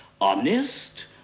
honest